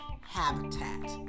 habitat